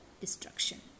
destruction